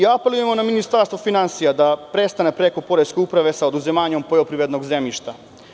Apelujemo na Ministarstvo finansija da prestane preko Poreske uprave sa oduzimanjem poljoprivrednog zemljišta.